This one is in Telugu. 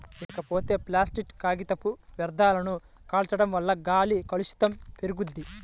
ఇకపోతే ప్లాసిట్ కాగితపు వ్యర్థాలను కాల్చడం వల్ల గాలి కాలుష్యం పెరుగుద్ది